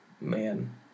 man